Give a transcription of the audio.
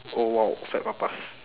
oh !wow! fat papas